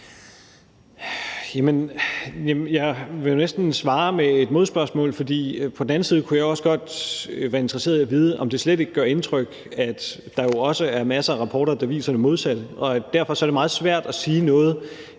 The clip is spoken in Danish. Jeg vil jo næsten svare med et modspørgsmål, for jeg kunne også godt være interesseret i at vide, om det slet ikke gør indtryk, at der også er masser af rapporter, der viser det modsatte. Det er meget svært at sige noget